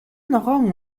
ногоон